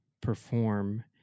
perform